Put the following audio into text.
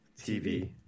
TV